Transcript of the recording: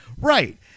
Right